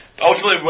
Ultimately